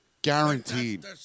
Guaranteed